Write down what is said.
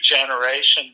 generations